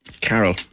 Carol